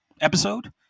episode